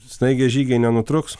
snaigės žygiai nenutrūks